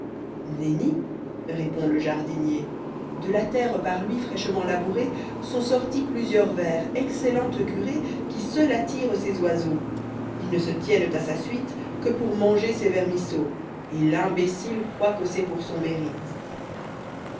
nenni répond le jardinier de la terre par lui fraîchement labourée sont sortis plusieurs vers excellente curée qui seule attire ces oiseaux ils ne se tiennent à sa suite que pour manger ces vermisseaux et l'imbécile croit e c'e st pour son mérite